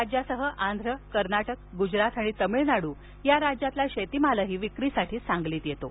राज्यासह आंध्र कर्नाटक गुजरात आणि तामिळनाडू राज्यातील शेतीमाल विक्रीसाठी सांगलीत येतो